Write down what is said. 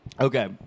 Okay